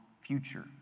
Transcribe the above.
future